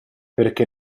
perché